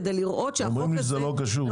כדי לראות -- אומרים לי שזה לא קשור.